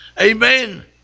Amen